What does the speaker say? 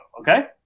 okay